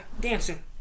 Dancing